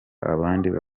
abandi